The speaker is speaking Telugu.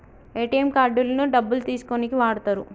ఏటీఎం కార్డులను డబ్బులు తీసుకోనీకి వాడతరు